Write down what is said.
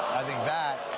i think that